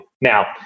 Now